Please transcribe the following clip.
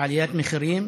עליית מחירים